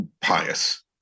pious